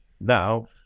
now